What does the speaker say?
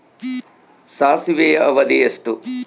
ಸಾಸಿವೆಯ ಅವಧಿ ಎಷ್ಟು?